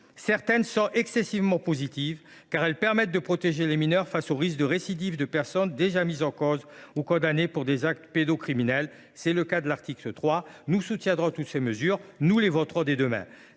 Certaines sont très positives, car elles permettent de protéger les mineurs face au risque de récidive de personnes déjà mises en cause ou condamnées pour des actes pédocriminels. C’est le cas de l’article 3. Nous soutiendrons et voterons ces mesures. Certains de nos amendements